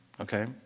okay